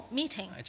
meeting